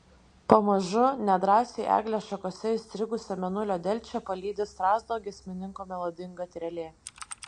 pamažu nedrąsiai eglės šakose įstrigusią mėnulio delčią palydi strazdo giesmininko melodinga trelė